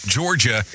Georgia